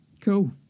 Cool